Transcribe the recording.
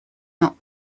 not